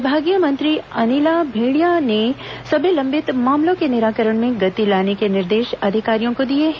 विभागीय मंत्री अनिला भेंडिया ने सभी लंबित मामलों के निराकरण में गति लाने के निर्देश अधिकारियों को दिये हैं